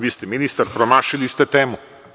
Vi ste ministar, promašili ste temu.